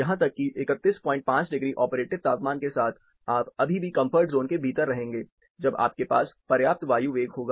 यहां तक कि 315 डिग्री ऑपरेटिव तापमान के साथ आप अभी भी कंफर्ट जोन के भीतर रहेंगे जब आपके पास पर्याप्त वायु वेग होगा